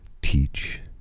teach